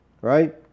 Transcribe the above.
Right